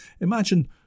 Imagine